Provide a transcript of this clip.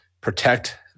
protect